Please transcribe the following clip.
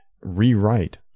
rewrite